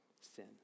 sin